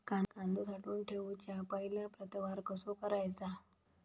कांदो साठवून ठेवुच्या पहिला प्रतवार कसो करायचा?